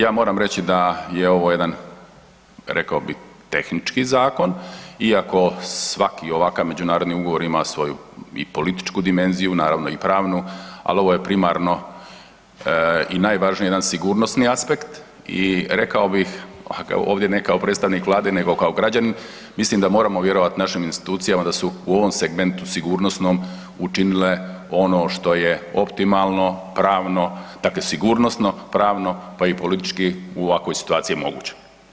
Ja moram reći da je ovo jedan, rekao bih, tehnički zakon iako svaki ovakav međunarodni ugovor ima svoju i političku dimenziju, naravno i pravnu, ali ovo je primarno i najvažnije, jedan sigurnosni aspekt i rekao bih kao ovdje, ne kao predstavnik Vlade nego kao građanin, mislim da moramo vjerovat našim institucijama da su u ovom segmentu sigurnosnom učinile ono što je optimalno pravno, dakle sigurnosno-pravno, pa i politički u ovakvoj situacije moguće.